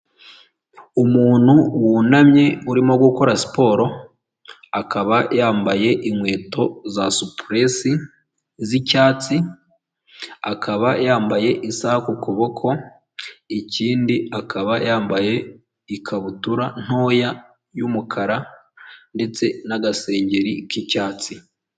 Umuntu wunamye urimo gukora siporo akaba yambaye inkweto za supuresi z'icyatsi akaba yambaye isa ku kuboko ikindi akaba yambaye ikabutura ntoya yumukara ndetse n'agasengeri k'icyatsi.